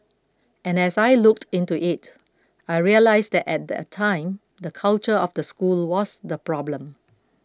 and as I looked into it I realised that at that time the culture of the school was the problem